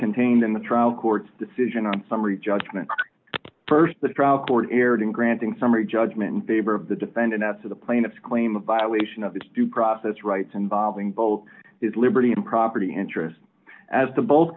contained in the trial court's decision on summary judgment st the trial court erred in granting summary judgment in favor of the defendant after the plaintiffs claim a violation of its due process rights and bombing both his liberty and property interest as to both